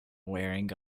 wearing